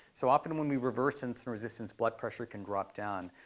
so often when we reverse insulin resistance, blood pressure can drop down.